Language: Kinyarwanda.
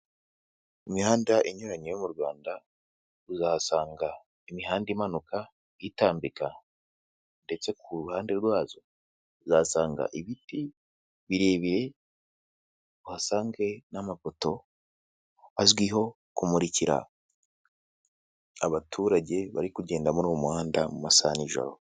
Imihanda inyuranye yo mu Rwanda, uzahasanga imihanda imanuka, itambika ndetse ku ruhande rwazo uzasanga ibiti birebire, uhasange n'amapoto azwiho kumurikira abaturage bari kugenda muri uwo muhanda mu masaha ya nijoro.